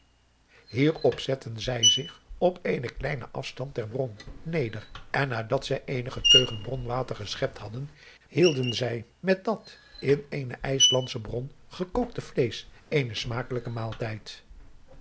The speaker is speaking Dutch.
hierop zetten zij zich op eenen kleinen afstand der bron neder en nadat zij eenige teugen bronwater geschept hadden hielden zij met dat in eene ijslandsche bron gekookte vleesch eenen smakelijken maaltijd